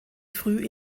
früh